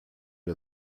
der